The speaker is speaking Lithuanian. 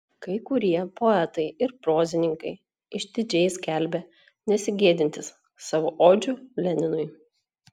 kai kurie poetai ir prozininkai išdidžiai skelbė nesigėdintys savo odžių leninui